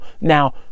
Now